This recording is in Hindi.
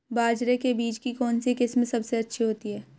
बाजरे के बीज की कौनसी किस्म सबसे अच्छी होती है?